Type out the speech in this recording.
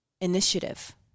initiative